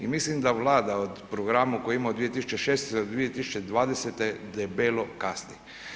I mislim da Vlada o programu koji ima od 2016. do 2020. debelo kasni.